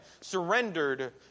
surrendered